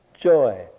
joy